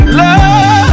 love